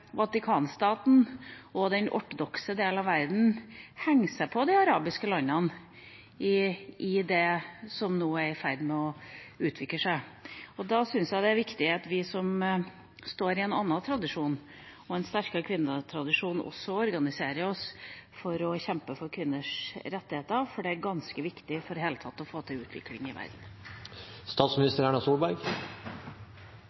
Vatikanstaten og den ortodokse del av verden henger seg på de arabiske landene i det som nå er i ferd med å utvikle seg. Da syns jeg det er viktig at vi som står i en annen tradisjon og i en sterkere kvinnetradisjon, også organiserer oss for å kjempe for kvinners rettigheter, for det er ganske viktig for i det hele tatt å få til utvikling i verden.